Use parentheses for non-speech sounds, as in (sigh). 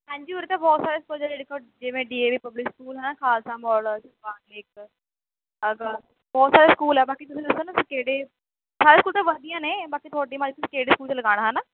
ਹਾਂਜੀ ਉਰੇ ਤਾਂ ਬਹੁਤ ਸਾਰੇ ਸਕੂਲ (unintelligible) ਜਿਵੇਂ D A V public school ਹੈ ਖਾਲਸਾ ਮੋਡਲ (unintelligible) ਬਹੁਤ ਸਾਰੇ ਸਕੂਲ ਹੈ ਬਾਕੀ ਤੁਸੀਂ ਦੱਸੋ ਨਾ ਤੁਸੀਂ ਕਿਹੜੇ ਸਾਰੇ ਸਕੂਲ ਤਾਂ ਵਧੀਆ ਨੇ ਬਾਕੀ ਤੁਹਾਡੀ ਮਰਜ਼ੀ ਕਿਹੜੇ ਸਕੂਲ ਲਗਾਉਣਾ ਹੈ ਨਾ